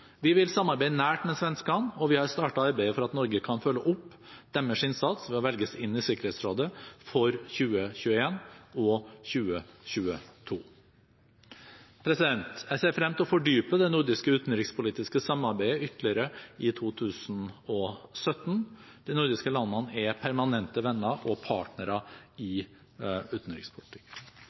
Vi vil samarbeide nært med svenskene, og vi har startet arbeidet for at Norge kan følge opp deres innsats ved å velges inn i Sikkerhetsrådet for 2021 og 2022. Jeg ser frem til å fordype det nordiske utenrikspolitiske samarbeidet ytterligere i 2017. De nordiske landene er permanente venner og partnere i